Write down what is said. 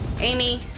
Amy